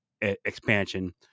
expansion